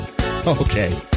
Okay